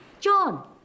John